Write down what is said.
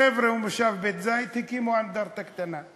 החבר'ה ממושב בית-זית הקימו אנדרטה קטנה.